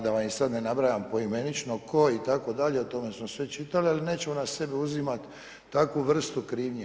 Da vam ih sad ne nabrajam poimenično, tko itd. o tome smo sve čitali, ali nećemo na sebe uzimati takvu vrstu krivnje.